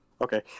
Okay